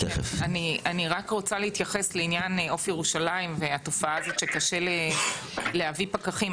אני רוצה להתייחס לעניין "עוף ירושלים" והתופעה הזאת שקשה להביא פקחים.